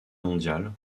mondiale